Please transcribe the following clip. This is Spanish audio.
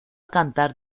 cantar